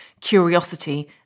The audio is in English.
curiosity